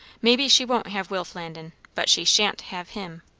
maybe she won't have will flandin but she sha'n't have him.